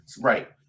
Right